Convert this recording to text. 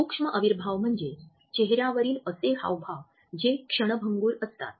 सूक्ष्म अविर्भाव म्हणजे चेहर्यावरील असे हावभाव जे क्षणभंगूर असतात